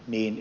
niin